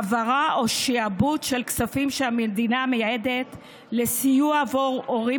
העברה או שיעבוד של כספים שהמדינה מייעדת לסיוע עבור הורים